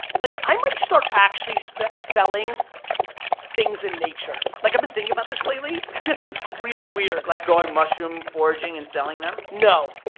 like i might start actually selling things in nature. like i've been thinking about this lately. this is really weird. like going mushroom foraging and selling them? no,